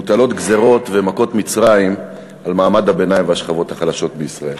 מוטלות גזירות ומכות מצרים על מעמד הביניים והשכבות החלשות בישראל.